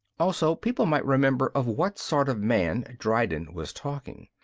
also people might remember of what sort of man dryden was talking.